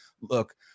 look